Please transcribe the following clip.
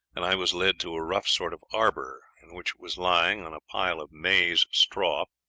and i was led to a rough sort of arbor in which was lying, on a pile of maize straw,